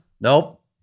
Nope